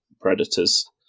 Predators